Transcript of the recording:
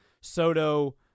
Soto